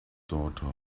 daughter